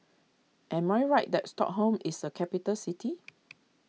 am I right that Stockholm is a capital city